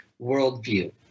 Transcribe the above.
worldview